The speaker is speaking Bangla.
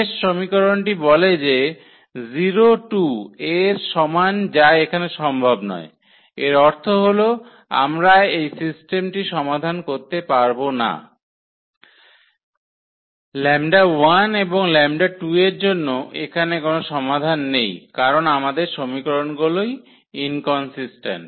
শেষ সমীকরণটি বলে যে 0 2 এর সমান যা এখানে সম্ভব নয় এর অর্থ হল আমরা এই সিস্টেমটি সমাধান করতে পারব না 𝜆1 এবং 𝜆2 এর জন্য এখানে কোনও সমাধান নেই কারণ আমাদের সমীকরণগুলি ইনকনসিস্ট্যান্ট